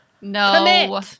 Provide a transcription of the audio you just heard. No